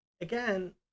again